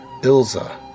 Ilza